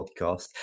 podcast